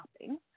shopping